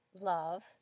love